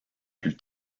plus